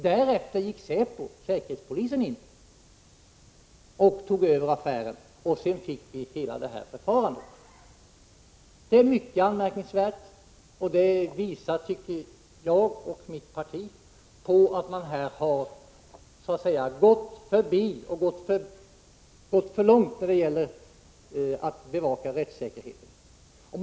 Därefter gick säkerhetspolisenin och tog över affären, och sedan fick vi hela det här förfarandet. Det är mycket anmärkningsvärt och visar, tycker jag och mitt parti, att man här har så att säga gått för långt när det gällt att bevaka rättssäkerheten.